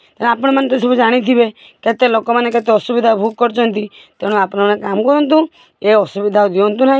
ତ ଆପଣମାନେ ତ ସବୁ ଜାଣିଥିବେ କେତେ ଲୋକମାନେ କେତେ ଅସୁବିଧା ଭୋଗ କରୁଛନ୍ତି ତେଣୁ ଆପଣମାନେ କାମ କରନ୍ତୁ ଏ ଅସୁବିଧା ଆଉ ଦିଅନ୍ତୁ ନାହିଁ